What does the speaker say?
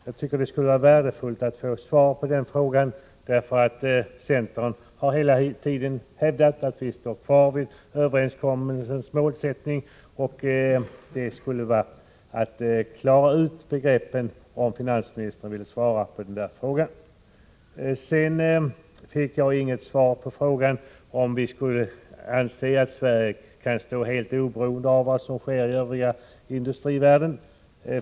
Jag tycker att det skulle vara värdefullt att få ett svar på den frågan, för centern har hela tiden hävdat att centern står kvar vid överenskommelsen. Det skulle klara ut begreppen om finansministern ville svara på den frågan. Jag fick inget svar på frågan om vi skulle anse att Sverige kan stå helt oberoende av vad som sker i den övriga industrivärlden.